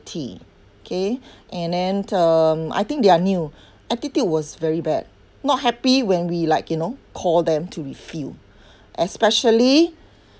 tea K and then um I think their new attitude was very bad not happy when we like you know call them to refill especially